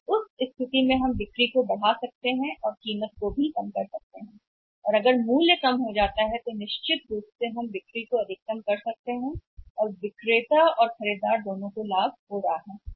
लेकिन उस स्थिति में हम बिक्री बढ़ा सकते हैं और हम कीमत को कम कर सकते हैं और अगर कीमत है तो नीचे कम करें तो निश्चित रूप से हम बिक्री को अधिकतम कर सकते हैं और इस तरह से विक्रेता भी प्राप्त कर रहा है और खरीदार भी हासिल कर रहा है